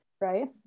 right